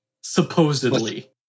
supposedly